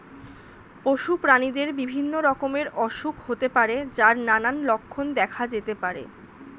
পশু প্রাণীদের বিভিন্ন রকমের অসুখ হতে পারে যার নানান লক্ষণ দেখা যেতে পারে